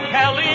Kelly